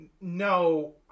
no